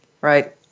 Right